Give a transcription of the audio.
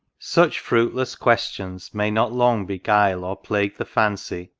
such fruitless questions may not long beguile or plague the fancy,